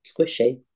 squishy